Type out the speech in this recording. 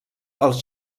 als